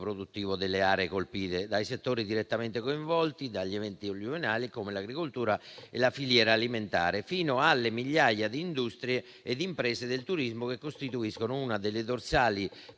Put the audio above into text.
produttivo delle aree colpite, dai settori direttamente coinvolti dagli eventi alluvionali - come l'agricoltura e la filiera alimentare - fino alle migliaia di industrie e imprese del turismo che costituiscono una delle dorsali